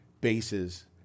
bases